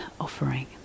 offering